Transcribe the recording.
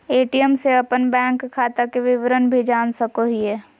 ATM से अपन bank खाता के विवरण भी जान सको हिये